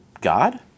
god